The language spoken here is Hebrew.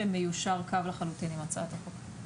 מיושר קו עם הצעת החוק.